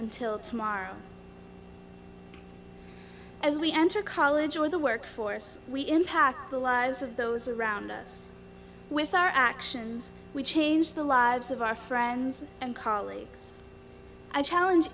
until tomorrow as we enter college or the workforce we impact the lives of those around us with our actions we change the lives of our friends and colleagues i challenge